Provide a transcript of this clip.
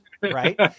right